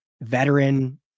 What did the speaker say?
veteran